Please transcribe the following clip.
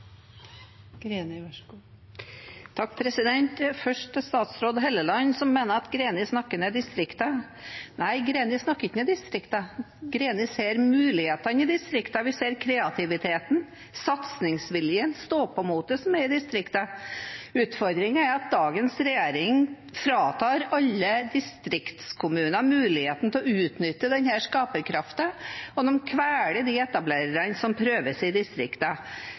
snakker ned distriktene: Nei, Greni snakker ikke ned distriktene. Greni ser mulighetene i distriktene. Vi ser kreativiteten, satsingsviljen, stå på-motet som er i distriktene. Utfordringen er at dagens regjering fratar alle distriktskommuner muligheten til å utnytte denne skaperkraften, og de kveler de etablererne som prøver seg i